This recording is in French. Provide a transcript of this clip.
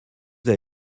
vous